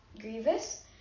Grievous